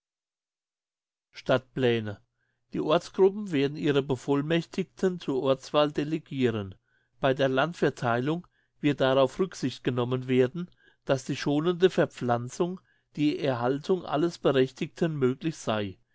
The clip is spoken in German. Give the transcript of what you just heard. die ortsgruppen werden ihre bevollmächtigten zur ortswahl delegiren bei der landvertheilung wird darauf rücksicht genommen werden dass die schonende verpflanzung die erhaltung alles berechtigten möglich sei